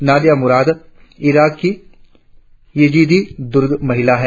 Nadia Murad Iraq की Yazidi दुर्द महिला है